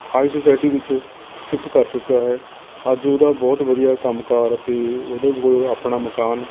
high society ਵਿੱਚ shift ਕਰ ਚੁੱਕਾ ਹੈ ਅੱਜ ਉਹਦਾ ਬਹੁਤ ਵਧੀਆ ਕੰਮਕਾਰ ਅਤੇ ਉਹਦੇ ਕੋਲ ਆਪਣਾ ਮਕਾਨ